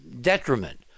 detriment